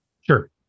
Sure